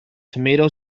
tomato